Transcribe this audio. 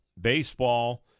baseball